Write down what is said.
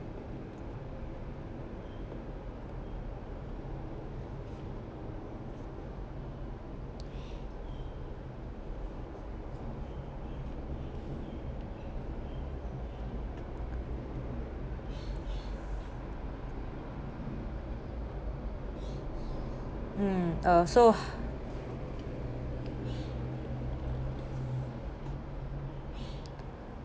um ah so